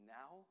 now